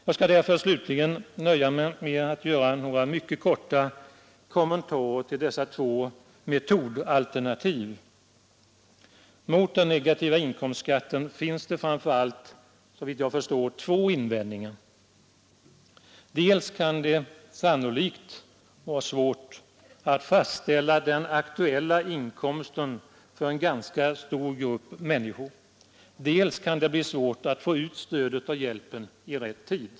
Jag skall därför slutligen nöja mig med att göra några mycket korta kommentarer till dessa två metodalternativ. Mot den negativa inkomstskatten finns det framför allt, såvitt jag förstår, två invändningar. Dels kan det sannolikt vara svårt att fastställa den aktuella inkomsten för en ganska stor grupp människor. Dels kan det bli svårt att få ut stödet och hjälpen i rätt tid.